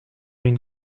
une